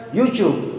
YouTube